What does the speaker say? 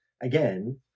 again